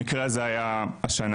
המקרה הזה היה השנה.